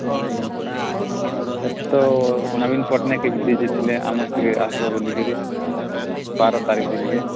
ଉଁ ହୁଁ ଏଠି ତ ନବୀନ ପଟ୍ଟନାୟକ କେମିତି ଜିତିଲେ ଆମର ଟିକେ ଆସିବ ବୋଲି କିରି ବାର ତାରିଖ ଦିନି କେ